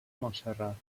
montserrat